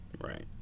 Right